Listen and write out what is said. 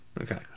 Okay